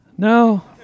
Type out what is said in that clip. No